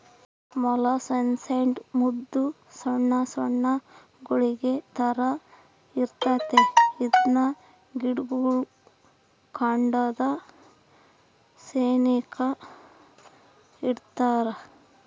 molluscicide ಮದ್ದು ಸೊಣ್ ಸೊಣ್ ಗುಳಿಗೆ ತರ ಇರ್ತತೆ ಇದ್ನ ಗಿಡುಗುಳ್ ಕಾಂಡದ ಸೆನೇಕ ಇಡ್ಬಕು